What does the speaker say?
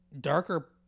darker